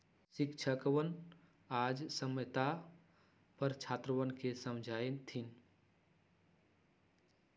शिक्षकवन आज साम्यता पर छात्रवन के समझय थिन